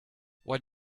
what